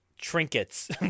Trinkets